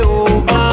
over